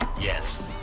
yes